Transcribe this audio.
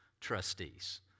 trustees